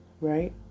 right